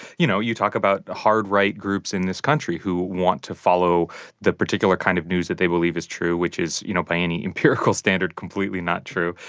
you know, you talk about hard-right groups in this country who want to follow the particular kind of news that they believe is true which is, you know, by any empirical standard completely not true.